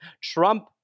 Trump